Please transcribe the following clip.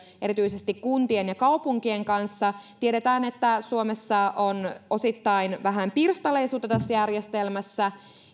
erityisesti kuntien ja kaupunkien kanssa tiedetään että suomessa on osittain vähän pirstaleisuutta tässä järjestelmässä